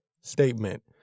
statement